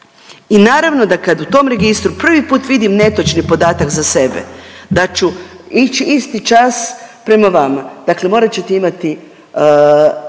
I naravno da kad u tom registru prvi put vidim netočni podatak za sebe da ću ići isti čas prema vama. Dakle, morat ćete imati